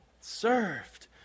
served